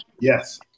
Yes